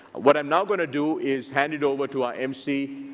what i'm now going to do is hand it over to our mc,